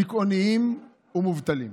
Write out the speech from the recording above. דיכאוניים ומובטלים.